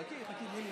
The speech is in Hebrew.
חכי, חכי, תני לי